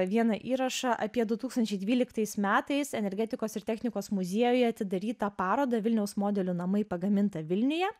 vieną įrašą apie du tūkstančiai dvyliktais metais energetikos ir technikos muziejuje atidarytą parodą vilniaus modelių namai pagaminta vilniuje